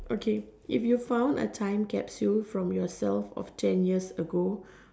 okay if you found a time capsule from yourself of ten years ago